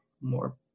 more